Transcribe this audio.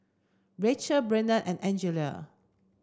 Rachel Brennen and Angela